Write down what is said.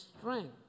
strength